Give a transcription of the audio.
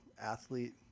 athlete